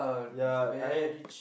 ya I mean